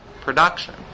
production